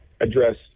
address